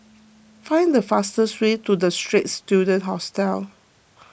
find the fastest way to the Straits Students Hostel